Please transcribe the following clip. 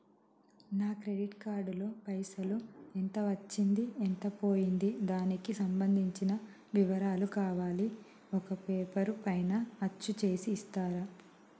నా credit card లో పైసలు ఎంత వచ్చింది ఎంత పోయింది దానికి సంబంధించిన వివరాలు కావాలి ఒక పేపర్ పైన అచ్చు చేసి ఇస్తరా?